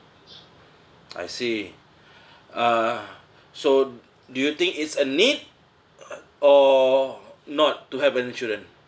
I see uh so do you think it's a need or not to have an insurance